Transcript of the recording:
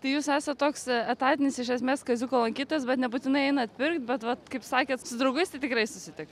tai jūs esat toks etatinis iš esmės kaziuko lankytojas bet nebūtinai einat pirkt bet vat kaip sakėt su draugais tai tikrai susitikti